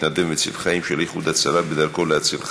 מתנדב מציל חיים של איחוד הצלה בדרכו להציל חיים,